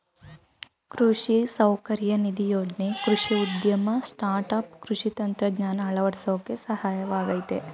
ಕೃಷಿ ಸೌಕರ್ಯ ನಿಧಿ ಯೋಜ್ನೆ ಕೃಷಿ ಉದ್ಯಮ ಸ್ಟಾರ್ಟ್ಆಪ್ ಕೃಷಿ ತಂತ್ರಜ್ಞಾನ ಅಳವಡ್ಸೋಕೆ ಸಹಾಯವಾಗಯ್ತೆ